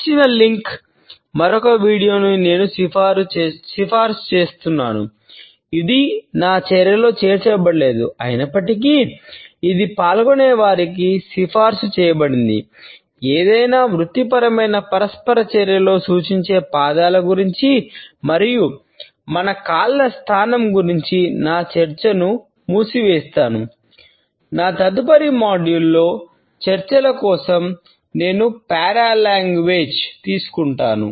ఇచ్చిన లింక్లో తీసుకుంటాను